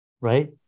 Right